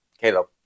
Caleb